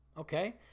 okay